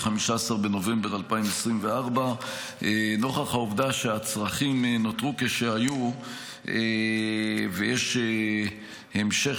15 בנובמבר 2024. נוכח העובדה שהצרכים נותרו כשהיו ויש המשך